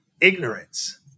ignorance